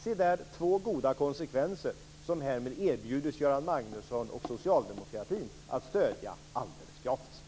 Se där: Två goda konsekvenser, som härmed erbjuds Göran Magnusson och socialdemokratin att stödja alldeles gratis!